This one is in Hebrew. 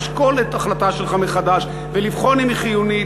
לשקול את ההחלטה שלך מחדש ולבחון אם היא חיונית,